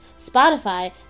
Spotify